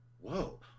whoa